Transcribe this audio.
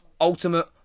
Ultimate